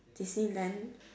Disneyland